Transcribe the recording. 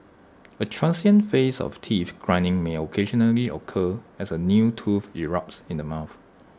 A transient phase of teeth grinding may occasionally occur as A new tooth erupts in the mouth